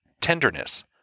tenderness